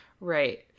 Right